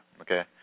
okay